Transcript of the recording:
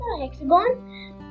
Hexagon